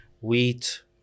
wheat